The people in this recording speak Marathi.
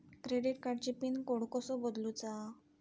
क्रेडिट कार्डची पिन कोड कसो बदलुचा?